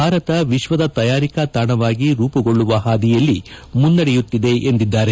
ಭಾರತ ವಿಶ್ವದ ತಯಾರಿಕಾ ತಾಣವಾಗಿ ರೂಪುಗೊಳ್ಳುವ ಹಾದಿಯಲ್ಲಿ ಮುನ್ನಡೆಯುತ್ತಿದೆ ಎಂದಿದ್ದಾರೆ